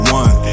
one